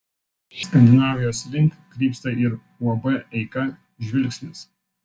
skandinavijos link krypsta ir uab eika žvilgsnis